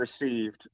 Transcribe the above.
received